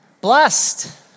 Blessed